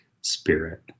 spirit